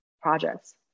projects